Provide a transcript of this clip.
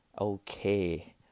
Okay